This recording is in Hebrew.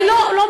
אני לא אומרת,